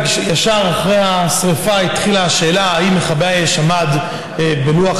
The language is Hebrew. ישר אחרי השרפה התחילה השאלה אם מכבי האש עמדו בלוח